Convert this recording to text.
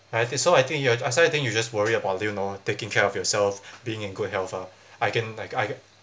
I think so I think you're so I think you should just worry about you know taking care of yourself being in good health ah I can like I